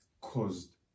caused